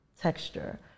texture